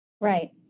Right